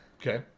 Okay